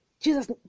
Jesus